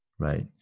Right